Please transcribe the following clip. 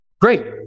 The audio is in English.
great